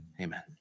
amen